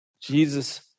Jesus